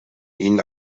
ihn